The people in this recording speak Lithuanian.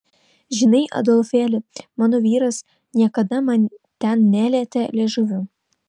žinai adolfėli mano vyras niekada man ten nelietė liežuviu